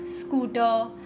scooter